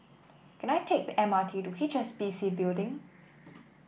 can I take the M R T to H S B C Building